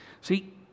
See